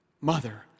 mother